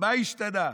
מה השתנה?